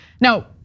Now